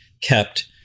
kept